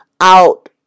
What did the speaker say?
out